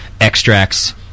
extracts